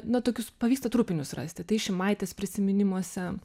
na tokius pavyksta trupinius rasti tai šimaitės prisiminimuose